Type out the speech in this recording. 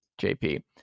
JP